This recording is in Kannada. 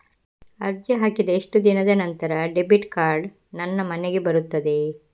ಅರ್ಜಿ ಹಾಕಿದ ಎಷ್ಟು ದಿನದ ನಂತರ ಡೆಬಿಟ್ ಕಾರ್ಡ್ ನನ್ನ ಮನೆಗೆ ಬರುತ್ತದೆ?